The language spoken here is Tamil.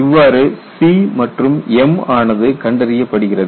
இவ்வாறு C மற்றும் m ஆனது கண்டறியப்படுகிறது